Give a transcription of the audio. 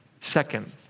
Second